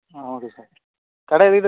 ஆ okay sir கடை வீதி